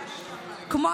כמו,